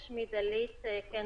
שמי דלית קן דרור פלדמן.